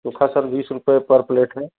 इसका सर बीस रुपये पर प्लेट है